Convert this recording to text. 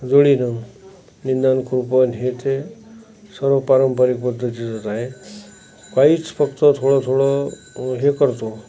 जोडीनं निंदान कुपन हे ते सर्व पारंपरिक पद्धतीचंच आहे काहीच फक्त थोडंथोडं हे करतो